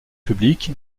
public